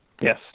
Yes